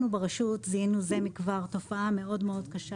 אנחנו ברשות זיהינו זה מכבר תופעה מאוד מאוד קשה